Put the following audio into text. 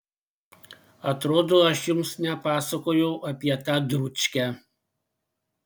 atrodo aš jums nepasakojau apie tą dručkę